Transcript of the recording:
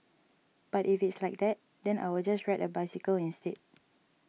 but if it's like that then I will just ride a bicycle instead